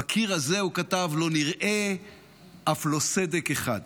בקיר הזה הוא כתב: "לא נראה אף לא סדק אחד".